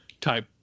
type